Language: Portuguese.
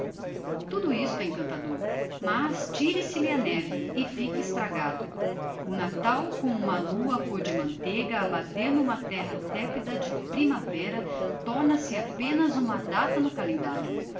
tudo isto é encantador mas tire se lhe a neve e fica estragado o natal com uma lua côr de manteiga a bater n'uma terra tepida de primavera torna-se apenas uma data no calendario